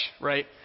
right